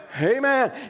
Amen